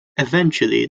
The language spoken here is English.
eventually